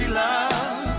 love